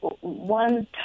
one